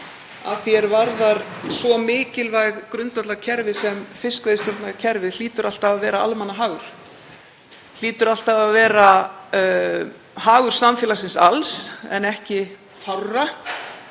að því er varðar mikilvæg grundvallarkerfi sem fiskveiðistjórnarkerfið, hlýtur alltaf að vera almannahagur, hlýtur alltaf að vera hagur samfélagsins alls en ekki fárra,